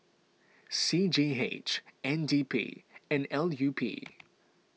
C G H N D P and L U P